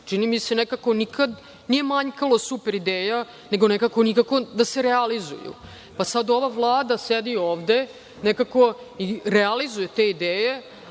Čini mi se nekako nikad nije manjkalo super ideja, nego nikako da se realizuju. Sada ova Vlada sedi ovde. Nekako realizuje te ideje,